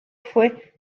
fue